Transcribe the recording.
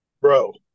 Bro